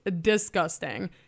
disgusting